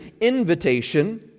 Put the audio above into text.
invitation